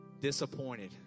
disappointed